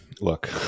look